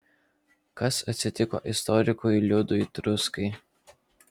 kas atsitiko istorikui liudui truskai